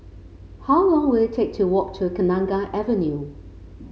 how long will it take to walk to Kenanga Avenue